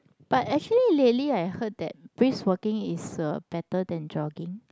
but actually lately I heard that brisk walking is uh better than jogging